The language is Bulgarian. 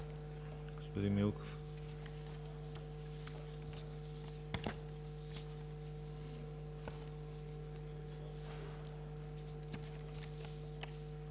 господин Милков.